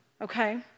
okay